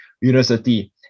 University